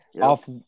off